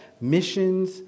missions